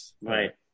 Right